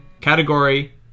category